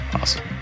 Awesome